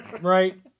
Right